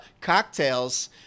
cocktails